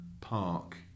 Park